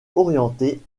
orientée